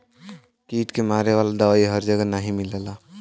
कीट के मारे वाला दवाई हर जगह नाही मिलला